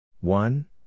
One